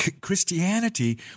Christianity